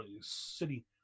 city